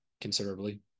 considerably